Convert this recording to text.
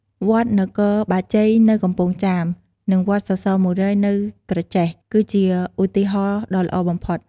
វត្តនគរបាជ័យនៅកំពង់ចាម និងវត្តសសរ ១០០ នៅក្រចេះ គឺជាឧទាហរណ៍ដ៏ល្អបំផុត។